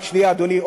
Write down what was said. רק שנייה, אדוני.